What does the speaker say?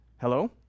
Hello